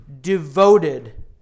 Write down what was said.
devoted